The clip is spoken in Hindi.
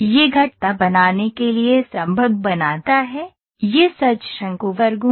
यह वक्र बनाने के लिए संभव बनाता है यह सच शंकु वर्गों है